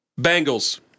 Bengals